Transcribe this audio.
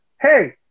Hey